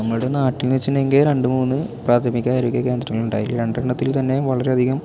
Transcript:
നമ്മുടെ നാട്ടീന്ന് വെച്ചിട്ടുണ്ടെങ്കിൽ രണ്ട് മൂന്ന് പ്രാഥമിക ആരോഗ്യ കേന്ദ്രങ്ങളുണ്ട് അതിൽ രണ്ടെണ്ണത്തിൽ തന്നെ വളരെ അധികം